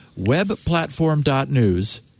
webplatform.news